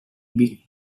big